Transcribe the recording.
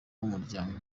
w’umuryango